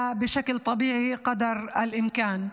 וזה בעיקר עקב אי-הנגשה לאנשים עם צרכים מיוחדים,